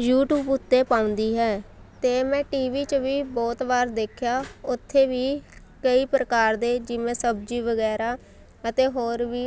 YouTube ਉੱਤੇ ਪਾਉਂਦੀ ਹੈ ਅਤੇ ਮੈਂ ਟੀ ਵੀ 'ਚ ਵੀ ਬਹੁਤ ਵਾਰ ਦੇਖਿਆ ਉੱਥੇ ਵੀ ਕਈ ਪ੍ਰਕਾਰ ਦੇ ਜਿਵੇਂ ਸਬਜ਼ੀ ਵਗੈਰਾ ਅਤੇ ਹੋਰ ਵੀ